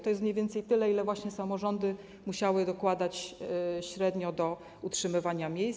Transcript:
To jest mniej więcej tyle, ile właśnie samorządy musiały dokładać średnio do utrzymywania miejsc.